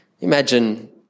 Imagine